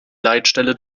leitstelle